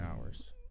hours